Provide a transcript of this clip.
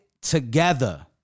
together